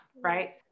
right